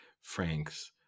Frank's